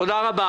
תודה רבה.